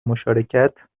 مشارکت